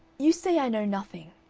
you say i know nothing.